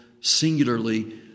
singularly